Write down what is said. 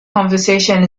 conversation